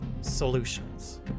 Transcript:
solutions